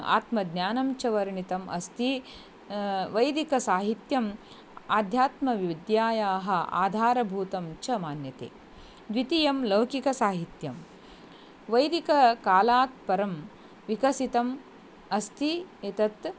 आत्मज्ञानं च वर्णितम् अस्ति वैदिकसाहित्यम् आध्यात्मविद्यायाः आधारभूतं च मान्यते द्वितीयं लौकिकसाहित्यं वैदिककालात् परं विकसितम् अस्ति एतत्